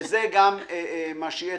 וזה גם מה שיהיה.